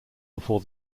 before